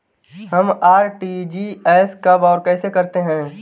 हम आर.टी.जी.एस कब और कैसे करते हैं?